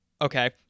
okay